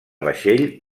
vaixell